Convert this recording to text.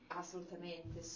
assolutamente